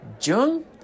Jung